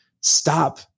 stop